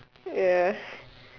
ya